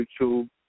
YouTube